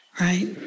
Right